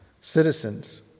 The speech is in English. citizens